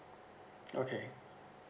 okay